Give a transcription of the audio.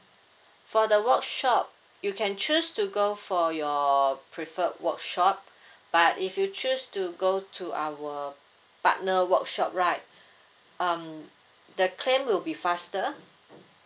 for the workshop you can choose to go for your preferred workshop but if you choose to go to our partner workshop right um the claim will be faster